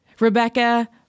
Rebecca